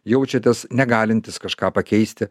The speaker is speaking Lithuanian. jaučiatės negalintys kažką pakeisti